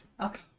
okay